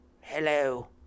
Hello